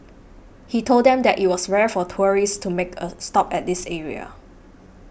he told them that it was rare for tourists to make a stop at this area